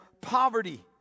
poverty